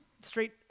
straight